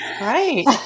Right